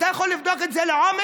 אתה יכול לבדוק את זה לעומק,